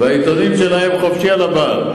בעיתונים שלהם, חופשי על הבר.